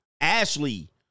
Ashley